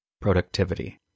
productivity